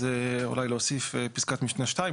אז אולי להוסיף פסקת משנה (2).